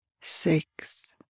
six